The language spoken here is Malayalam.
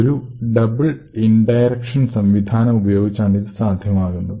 ഒരു ഡബിൾ ഇൻഡയറക്ഷൻ സംവിധാനമാണുപയോഗിച്ചാണ് ഇത് സാധ്യമാക്കുന്നത്